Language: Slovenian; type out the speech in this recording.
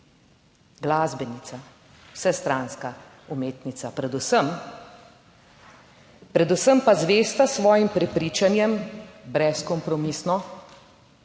glasbenica, vsestranska umetnica, predvsem, predvsem pa zvesta svojim prepričanjem, brezkompromisno,